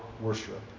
worship